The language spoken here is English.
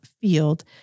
field